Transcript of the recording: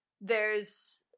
there's-